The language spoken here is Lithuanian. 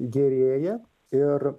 gerėja ir